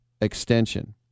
extension